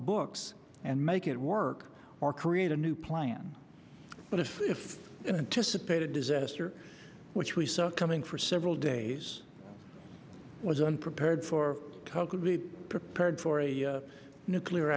books and make it work or create a new plan but if if an anticipated disaster which we saw coming for several days was unprepared for token be prepared for a nuclear